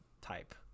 type